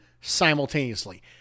simultaneously